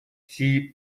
sie